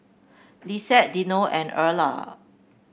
Lissette Dino and Erla